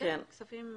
כן, כספים חוזרים.